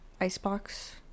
icebox